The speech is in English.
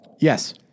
Yes